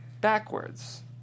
Backwards